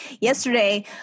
yesterday